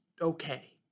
okay